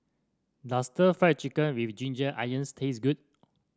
does Stir Fried Chicken with Ginger Onions taste good